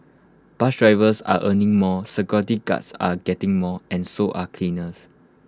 bus drivers are earning more security guards are getting more and so are cleaners